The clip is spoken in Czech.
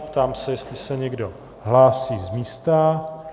Ptám se, jestli se někdo hlásí z místa.